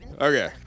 Okay